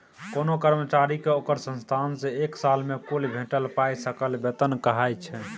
कोनो कर्मचारी केँ ओकर संस्थान सँ एक साल मे कुल भेटल पाइ सकल बेतन कहाइ छै